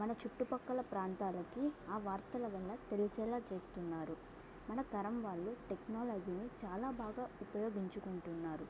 మన చుట్టుపక్కల ప్రాంతాలకి ఆ వార్తల వల్ల తెలిసేలా చేస్తున్నారు మన తరం వాళ్ళు టెక్నాలజీని చాలా బాగా ఉపయోగించుకుంటున్నారు